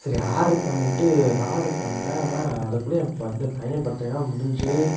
சரி ஆர்டரு பண்ணிட்டு ஆர்டரு பண்றேன் ஆனால் அதுக்குள்ள என் பந்து பையன் பர்த்டேலாம் முடிஞ்சு